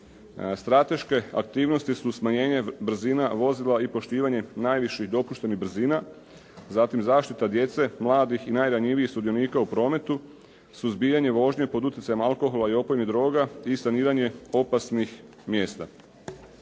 Strateške aktivnosti su smanjenje, brzina vozila i poštivanje najviših dopuštenih brzina, zatim zaštita djece mladih i najranjivijih sudionika u prometu, suzbijanje vožnje pod utjecajem alkohola i opojnih droga i saniranje opasnih mjesta.